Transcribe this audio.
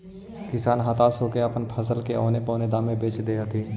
किसान हताश होके अपन फसल के औने पोने दाम में बेचऽ हथिन